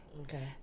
Okay